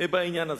בעניין הזה.